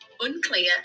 unclear